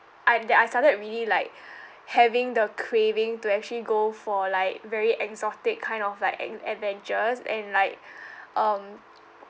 I that I started really like having the craving to actually go for like very exotic kind of like ad~ adventures and like um